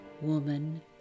Woman